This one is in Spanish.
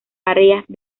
áreas